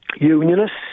Unionists